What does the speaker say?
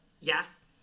Yes